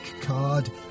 Card